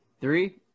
Three